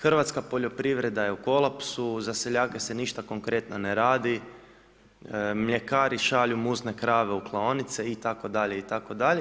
Hrvatska poljoprivreda je u kolapsu, za seljake se ništa konkretno ne radi, mljekari šalju muzne krave u klaonice itd., itd.